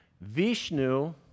Vishnu